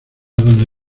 dónde